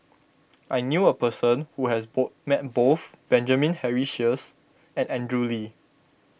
I knew a person who has ball met both Benjamin Henry Sheares and Andrew Lee